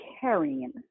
carrying